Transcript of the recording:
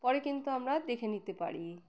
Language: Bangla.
পরে কিন্তু আমরা দেখে নিতে পারি